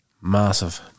massive